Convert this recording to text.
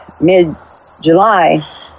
mid-July